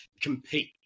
compete